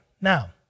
Now